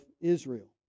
Israel